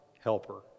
helper